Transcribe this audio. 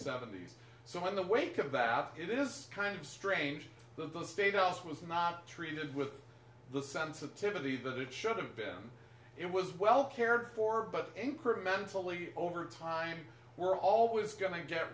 seventy's so in the wake of that it is kind of strange that the state house was not treated with the sensitivity that it should have been it was well cared for but incrementally over time we're always going to get